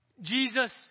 Jesus